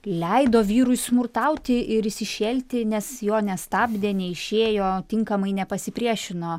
leido vyrui smurtauti ir įsišėlti nes jo nestabdė neišėjo tinkamai nepasipriešino